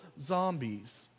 zombies